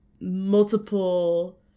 multiple